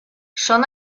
són